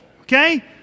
okay